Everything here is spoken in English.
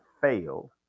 fail